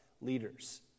leaders